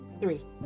three